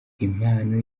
impano